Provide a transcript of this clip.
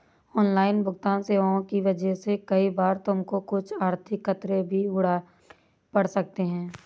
online भुगतन्न सेवाओं की वजह से कई बार तुमको कुछ आर्थिक खतरे भी उठाने पड़ सकते हैं